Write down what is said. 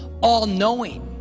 all-knowing